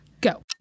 go